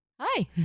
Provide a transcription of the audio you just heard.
Hi